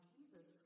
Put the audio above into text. Jesus